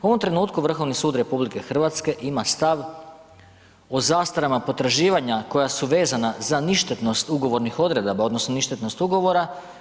U ovom trenutku, Vrhovni sud RH ima stav o zastara potraživanja koja su vezana za ništetnost ugovornih odredaba, odnosno ništetnost ugovora.